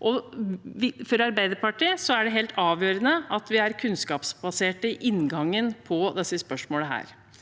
For Arbeiderpartiet er det helt avgjørende at vi er kunnskapsbaserte i inngangen til disse spørsmålene.